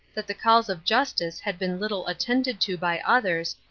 that the calls of justice had been little attended to by others,